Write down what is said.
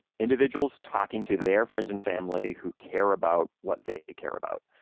individuals talking to their friends and family who care about what they care about.